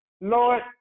Lord